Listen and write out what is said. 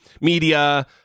media